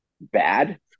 bad